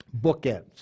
bookends